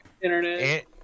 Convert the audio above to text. internet